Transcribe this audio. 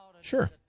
Sure